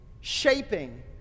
shaping